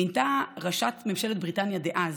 מינתה ראשת ממשלת בריטניה דאז,